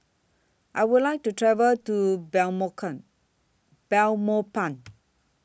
I Would like to travel to Belmopan